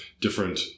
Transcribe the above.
different